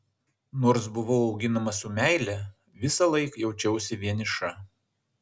nors buvau auginama su meile visąlaik jaučiausi vieniša